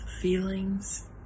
feelings